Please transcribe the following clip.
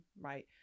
right